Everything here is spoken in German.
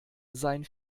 seien